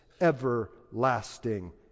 everlasting